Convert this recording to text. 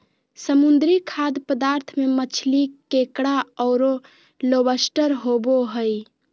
समुद्री खाद्य पदार्थ में मछली, केकड़ा औरो लोबस्टर होबो हइ